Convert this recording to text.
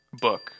book